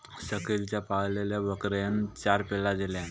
शकिलच्या पाळलेल्या बकरेन चार पिल्ला दिल्यान